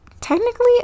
technically